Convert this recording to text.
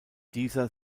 dieser